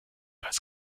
als